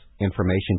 Information